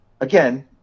Again